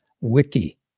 wiki